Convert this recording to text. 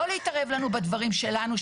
לא להתערב לנו בדברים שלנו,